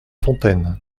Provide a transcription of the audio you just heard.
fontaines